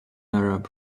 arab